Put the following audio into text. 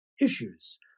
issues